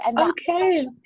Okay